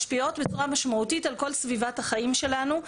משפיעות בצורה משמעותית על כל סביבת החיים שלנו,